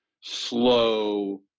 slow